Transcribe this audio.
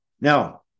Now